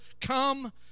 come